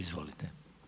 Izvolite.